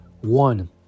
One